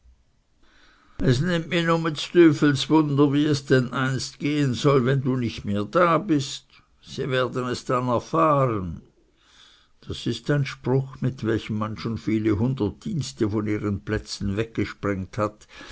es nimmt mih nume ds tüfels wunder wie es denn einist gah soll wenn du nicht mehr da bist sie werden es dann erfahren das ist ein spruch mir welchem man schon viele hundert dienste von ihren plätzen weggesprengt hat